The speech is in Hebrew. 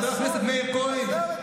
חבר הכנסת מאיר כהן,